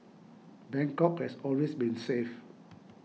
Bangkok has always been safe